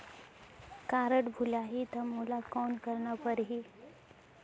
Card भुलाही ता मोला कौन करना परही?